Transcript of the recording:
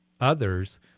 others